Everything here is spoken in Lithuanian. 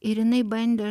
ir jinai bandė